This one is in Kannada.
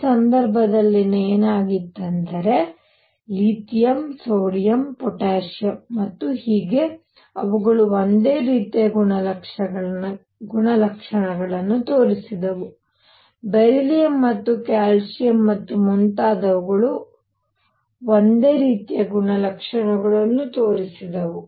ಈ ಸಂದರ್ಭದಲ್ಲಿ ಏನಾಯಿತು ಅಂದರೆ ಲಿಥಿಯಂ ಸೋಡಿಯಂ ಪೊಟ್ಯಾಸಿಯಮ್ ಮತ್ತು ಹೀಗೆ ಅವುಗಳು ಒಂದೇ ರೀತಿಯ ಗುಣಲಕ್ಷಣಗಳನ್ನು ತೋರಿಸಿದವು ಬೆರಿಲಿಯಮ್ ಮತ್ತು ಕ್ಯಾಲ್ಸಿಯಂ ಮತ್ತು ಮುಂತಾದವುಗಳು ಒಂದೇ ರೀತಿಯ ಗುಣಲಕ್ಷಣಗಳನ್ನು ತೋರಿಸಿದವು